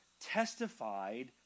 testified